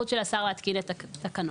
להתקין את התקנות.